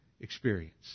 experience